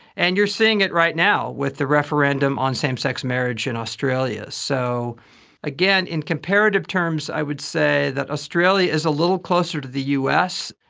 and you're seeing right now with the referendum on same-sex marriage in australia. so again, in comparative terms i would say that australia is a little closer to the us,